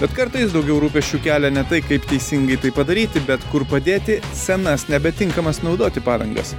bet kartais daugiau rūpesčių kelia ne tai kaip teisingai tai padaryti bet kur padėti senas nebetinkamas naudoti padangas